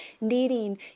needing